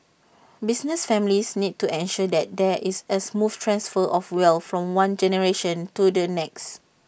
business families need to ensure that there is A smooth transfer of wealth from one generation to the next